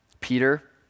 Peter